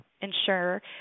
insurer